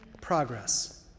progress